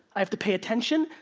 i have to pay attention,